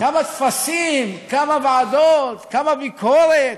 כמה טפסים, כמה ועדות, כמה ביקורת